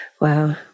Wow